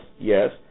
yes